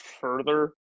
further –